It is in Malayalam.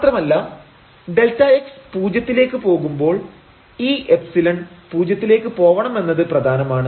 മാത്രമല്ല Δx പൂജ്യത്തിലേക്ക് പോകുമ്പോൾ ഈ എപ്സിലൺ പൂജ്യത്തിലേക്ക് പോവണമെന്നത് പ്രധാനമാണ്